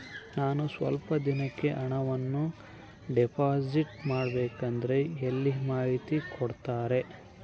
ನಾನು ಸ್ವಲ್ಪ ದಿನಕ್ಕೆ ಹಣವನ್ನು ಡಿಪಾಸಿಟ್ ಮಾಡಬೇಕಂದ್ರೆ ಎಲ್ಲಿ ಮಾಹಿತಿ ಕೊಡ್ತಾರೆ?